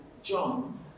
John